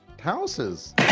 houses